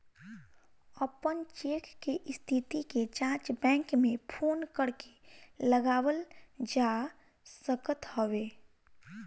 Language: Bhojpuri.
अपन चेक के स्थिति के जाँच बैंक में फोन करके लगावल जा सकत हवे